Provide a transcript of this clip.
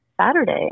Saturday